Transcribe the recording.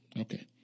Okay